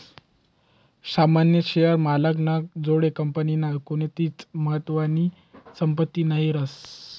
सामान्य शेअर मालक ना जोडे कंपनीनी कोणतीच महत्वानी संपत्ती नही रास